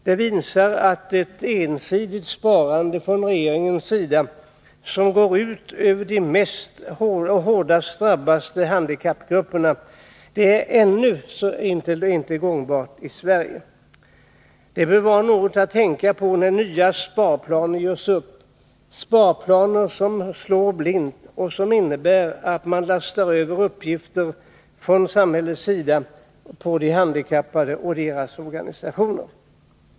Den visar också att ensidigt sparande från regeringens sida, som går ut över de mest svaga och hårdast drabbade handikappgrupperna, ännu inte är gångbart i Sverige. Det bör vara något att tänka på när nya sparplaner görs upp, sparplaner som slår blint och som innebär att man lastar över uppgifter från samhället på de handikappade och deras organisationer.